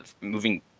moving